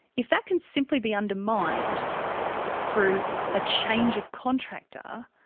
if that can simply be undermined through a change of contractor,